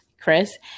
Chris